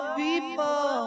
people